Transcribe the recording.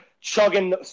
chugging